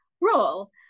role